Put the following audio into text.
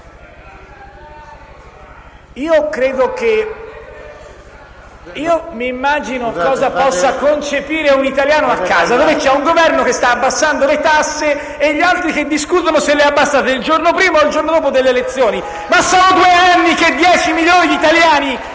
Immagino cosa possa concepire un italiano a casa: c'è un Governo che sta abbassando le tasse e gli altri che discutono se le ha abbassate il giorno prima o il giorno dopo le elezioni. Sono due anni che dieci milioni di italiani,